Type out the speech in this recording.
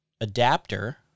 adapter